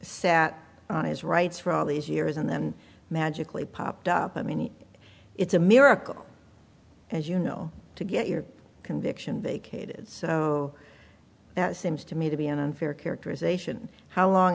sat on his rights for all these years and then magically popped up i mean it's a miracle as you know to get your conviction vacated so that seems to me to be an unfair characterization how long